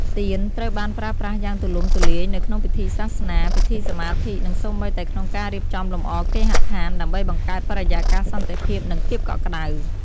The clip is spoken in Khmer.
ទៀនត្រូវបានប្រើប្រាស់យ៉ាងទូលំទូលាយនៅក្នុងពិធីសាសនា ពិធីសមាធិ និងសូម្បីតែក្នុងការរៀបចំលម្អគេហដ្ឋាន ដើម្បីបង្កើតបរិយាកាសសន្តិភាព និងភាពកក់ក្ដៅ។